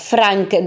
Frank